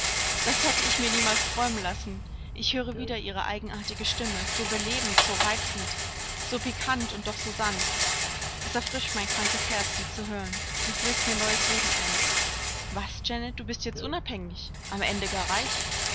das hätte ich mir niemals träumen lassen ich höre wieder ihre eigenartige stimme so belebend so reizend so pikant und doch so sanft es erfrischt mein krankes herz sie zu hören sie flößt mir neues leben ein was janet du bist jetzt unabhängig am ende gar reich